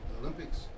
Olympics